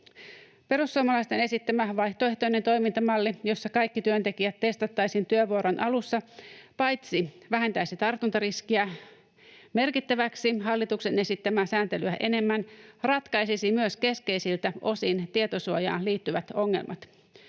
Perussuomalaisten esittämä vaihtoehtoinen toimintamalli, jossa kaikki työntekijät testattaisiin työvuoron alussa, paitsi vähentäisi tartuntariskiä merkittävästi hallituksen esittämää sääntelyä enemmän myös ratkaisisi keskeisiltä osin tietosuojaan liittyvät ongelmat.